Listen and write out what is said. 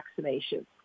vaccinations